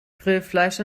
grillfleisch